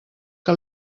que